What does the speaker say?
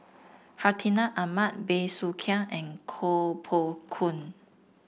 Hartinah Ahmad Bey Soo Khiang and Koh Poh Koon